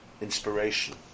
inspiration